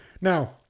now